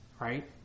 right